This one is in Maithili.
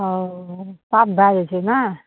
ओ साफ भए जाइ छै ने